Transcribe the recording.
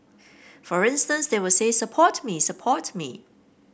for instance they will say support me support me